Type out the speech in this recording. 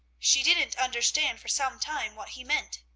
she didn't understand for some time what he meant.